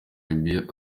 gihugu